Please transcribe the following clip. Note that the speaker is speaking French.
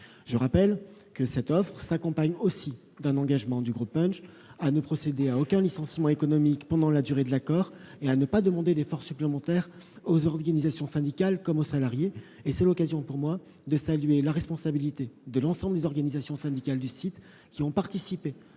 Je rappelle que ce projet de reprise s'accompagne aussi d'un engagement du groupe Punch à ne procéder à aucun licenciement économique pendant la durée de l'accord et à ne pas demander d'efforts supplémentaires aux organisations syndicales comme aux salariés. C'est l'occasion pour moi de saluer le sens des responsabilités de l'ensemble des organisations syndicales du site, qui ont participé